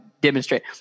demonstrate